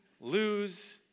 lose